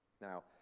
Now